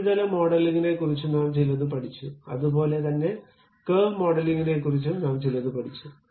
ഉപരിതല മോഡലിംഗിനെക്കുറിച്ച് നാം ചിലത് പഠിച്ചു അതുപോലെ തന്നെ കർവ് മോഡലിംഗിനെക്കുറിച്ചും നാം ചിലത് പഠിച്ചു